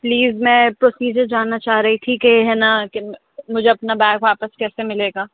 please میں procedure جاننا چاہ رہی تھی کہ ہے نا کہ مجھے اپنا بیگ واپس کیسے مِلے گا